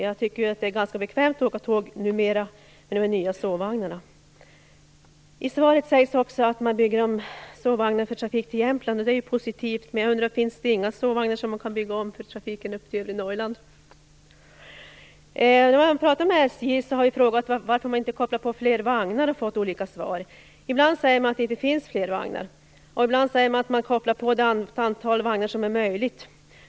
Jag tycker att det är ganska bekvämt att åka tåg numera med de nya sovvagnarna. I svaret sägs också att man bygger om sovvagnar för trafik till Jämtland. Det är positivt. Men finns det inga sovvagnar som man kan bygga om för trafiken upp till övre Norrland? Jag har frågat SJ varför man inte kopplar på fler vagnar och fått olika svar. Ibland säger man att det inte finns fler vagnar, och ibland säger man att man kopplar på det antal vagnar som är möjligt.